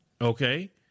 Okay